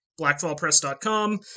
blackfallpress.com